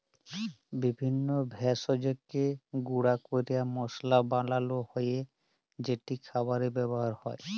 বিভিল্য ভেষজকে গুঁড়া ক্যরে মশলা বানালো হ্যয় যেট খাবারে ব্যাবহার হ্যয়